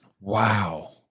Wow